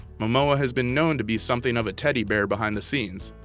momoa has been known to be something of a teddy bear behind the scenes.